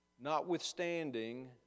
Notwithstanding